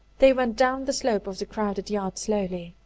they went down the slope of the crowded yard slowly,